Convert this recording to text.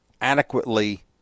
adequately –